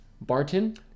Barton